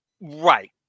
Right